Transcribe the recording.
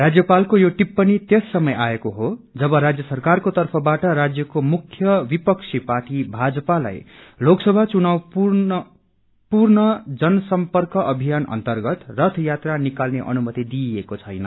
राज्यपालको यो टिप्पणी त्यस समय आएको छ जब राज्य सरकारको तर्फबाट राज्यको मुख्य विपक्षी पार्टी भाजपालाई लोकसभा चुनाउ पूर्ण जबसर्म्यक अभियान अर्न्तगत रथ यात्रा निकाल्ने अनुमति दिइएको छैन